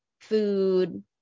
food